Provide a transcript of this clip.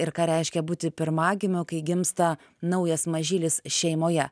ir ką reiškia būti pirmagimiu kai gimsta naujas mažylis šeimoje